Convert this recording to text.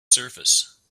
surface